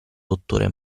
dottore